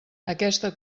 aquesta